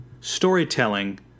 storytelling